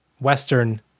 Western